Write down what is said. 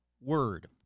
word